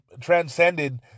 transcended